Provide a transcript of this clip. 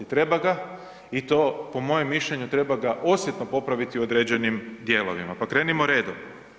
Treba ga i to po mojem mišljenju treba ga osjetno popraviti u određenim dijelovima, pa krenimo redom.